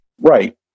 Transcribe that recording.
Right